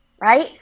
right